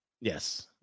Yes